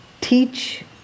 teach